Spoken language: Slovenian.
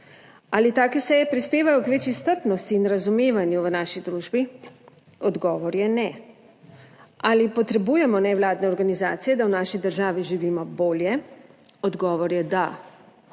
Ali take seje prispevajo k večji strpnosti in razumevanju v naši družbi? Odgovor je, ne. Ali potrebujemo nevladne organizacije, da v naši državi živimo bolje? Odgovor je, da.